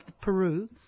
Peru